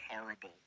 horrible